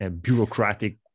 bureaucratic